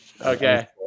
Okay